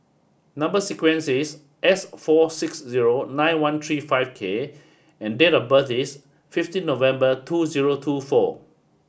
number sequence is S four six zero nine one three five K and date of birth is fifteen November two zero two four